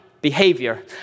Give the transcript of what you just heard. behavior